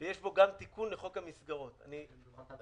יש בו גם תיקון לחוק המסגרות, אני אסביר.